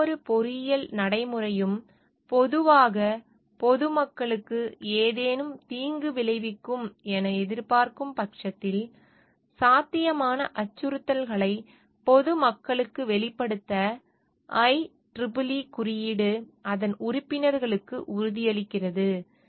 எந்தவொரு பொறியியல் நடைமுறையும் பொதுவாக பொதுமக்களுக்கு ஏதேனும் தீங்கு விளைவிக்கும் என எதிர்பார்க்கப்படும் பட்சத்தில் சாத்தியமான அச்சுறுத்தல்களை பொதுமக்களுக்கு வெளிப்படுத்த IEEE குறியீடு அதன் உறுப்பினர்களுக்கு உறுதியளிக்கிறது